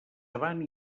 avant